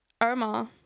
Omar